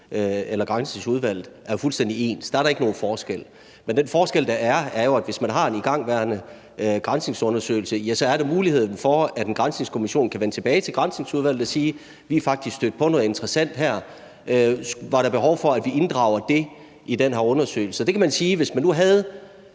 eller i Granskningsudvalget, er jo fuldstændig ens, så der er der ikke nogen forskel. Men den forskel, der er, er jo, at hvis man har en igangværende granskningsundersøgelse, er der muligheden for, at en granskningskommission kan vende tilbage til Granskningsudvalget og sige: Vi er faktisk stødt på noget interessant her; var der behov for, at vi inddrager det i den her undersøgelse? Der kan man sige, at hvis man nu havde